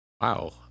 wow